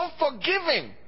unforgiving